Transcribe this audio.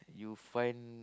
you find